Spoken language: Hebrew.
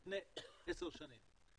על פני עשר שנים.